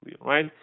right